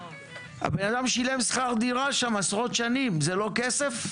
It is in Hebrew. הבן אדם שילם שכר דירה שם עשרות שנים, זה לא כסף?